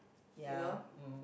ya mm